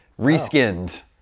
Reskinned